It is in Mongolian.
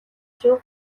шүү